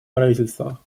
правительства